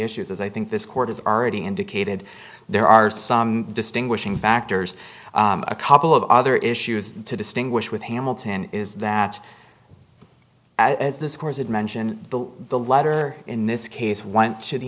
issues as i think this court has already indicated there are some distinguishing factors a couple of other issues to distinguish with hamilton is that as the scores and mention the letter in this case went to the